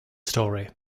story